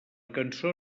cançó